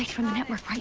from the network.